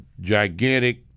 gigantic